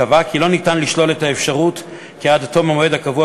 קבעה כי לא ניתן לשלול את האפשרות שעד תום המועד הקבוע